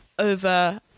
over